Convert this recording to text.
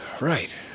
right